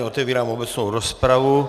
Otevírám obecnou rozpravu.